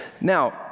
Now